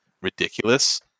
ridiculous